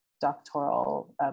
doctoral